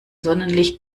sonnenlicht